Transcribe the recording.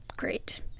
Great